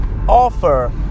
offer